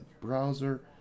browser